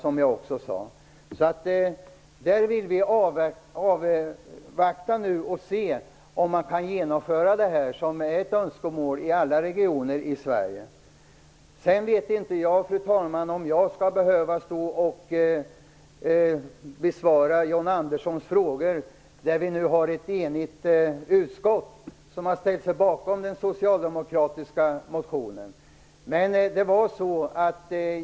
Vi vill avvakta och se om man kan genomföra detta som är ett önskemål i alla regioner i Sverige. Jag vet inte, fru talman, om jag skall besvara John Anderssons frågor. Vi har ju ett enigt utskott som ställt sig bakom den socialdemokratiska motionen.